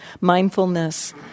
mindfulness